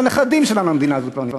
אלא לנכדים שלנו המדינה הזאת כבר נסגרת.